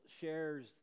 shares